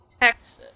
Texas